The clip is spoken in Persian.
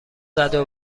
زدو